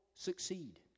succeed